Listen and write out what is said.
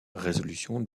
résolution